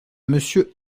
monsieur